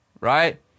right